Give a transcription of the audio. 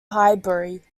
highbury